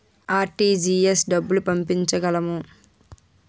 RTGS డబ్బులు పంపించగలము?